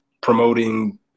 promoting